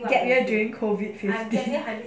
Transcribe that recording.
gap year during COVID fifteen C